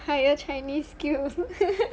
higher chinese skills